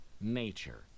nature